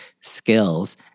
skills